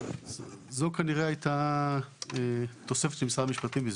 זו כנראה הייתה תוספת של משרד המשפטים בזמנו.